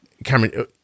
Cameron